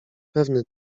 pewny